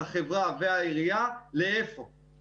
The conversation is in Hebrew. החברה והעירייה לעניין המקום.